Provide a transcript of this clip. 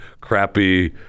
crappy